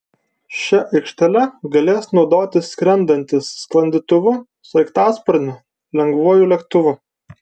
šia aikštele galės naudotis skrendantys sklandytuvu sraigtasparniu lengvuoju lėktuvu